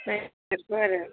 नायनांगोनथ' आरो